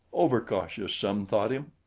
overcautious, some thought him.